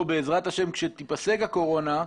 או בעזרת השם כשתיפסק הקורונה,